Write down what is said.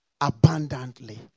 abundantly